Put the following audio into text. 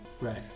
right